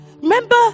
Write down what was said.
Remember